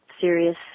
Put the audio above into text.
serious